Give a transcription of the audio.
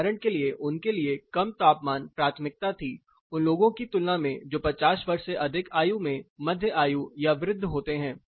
उदाहरण के लिए उनके लिए कम तापमान प्राथमिकता थी उन लोगों की तुलना में जो 50 वर्ष से अधिक आयु में मध्य आयु या वृद्ध होते हैं